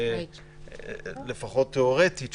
לפחות תיאורטית,